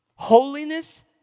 Holiness